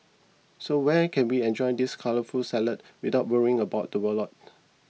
so where can we enjoy this colourful salad without worrying about the wallets